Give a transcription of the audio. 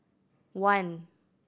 one